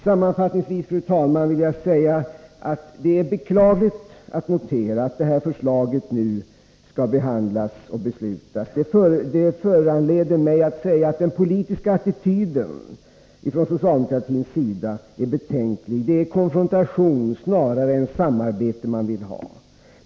Sammanfattningsvis, fru talman, vill jag säga att det är beklagligt att behöva notera att det här förslaget nu skall behandlas och gå till beslut. Det föranleder mig att säga att den politiska attityden ifrån socialdemokratins sida är betänklig. Det är konfrontation snarare än samarbete man vill ha.